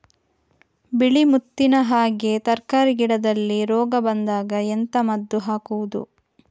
ಬಿಳಿ ಮುತ್ತಿನ ಹಾಗೆ ತರ್ಕಾರಿ ಗಿಡದಲ್ಲಿ ರೋಗ ಬಂದಾಗ ಎಂತ ಮದ್ದು ಹಾಕುವುದು?